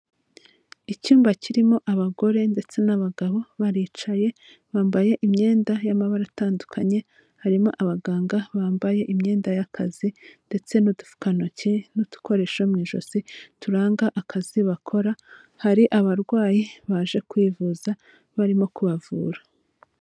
Icyumba kirimo abagore ndetse n'abagabo baricaye bambaye imyenda y'amabara atandukanye, harimo abaganga bambaye imyenda y'akazi ndetse n'udupfukantoki n'udukoresho mu ijosi turanga akazi bakora, hari abarwayi baje kwivuza barimo kubavura.